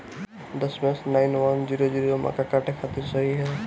दशमेश nine one zero zero मक्का काटे खातिर सही ह?